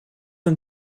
een